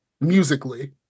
Musically